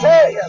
Hey